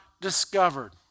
discovered